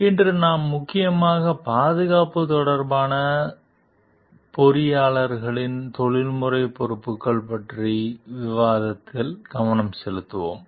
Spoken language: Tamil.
இன்று நாம் முக்கியமாக பாதுகாப்பு தொடர்பாக பொறியியலாளர்களின் தொழில்முறை பொறுப்புகள் பற்றிய விவாதத்தில் கவனம் செலுத்துவோம்